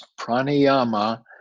pranayama